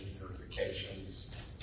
notifications